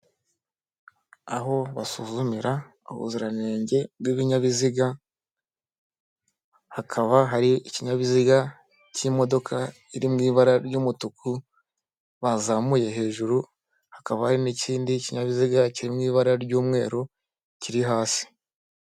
Aho basuzumira ubuziranenge bw'ibinyabiziga, hakaba hari ikinyabiziga cy'imodoka iri mu ibara ry'umutuku bazamuye hejuru, hakaba hari n'ikindi kinyabiziga kiri mu ibara ry'umweru kiri hasi.